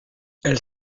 elle